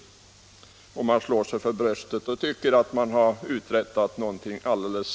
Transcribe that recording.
Man slår sig för bröstet och tycker att man har ningen?